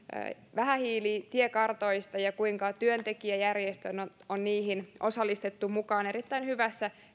vähähiilitiekartoista ja kuinka työntekijäjärjestöt on niihin osallistettu mukaan erittäin hyvässä